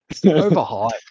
overhyped